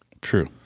True